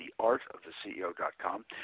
theartoftheceo.com